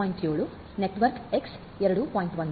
7 network 2